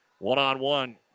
One-on-one